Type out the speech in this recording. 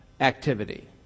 activity